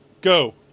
go